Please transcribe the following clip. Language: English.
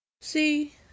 See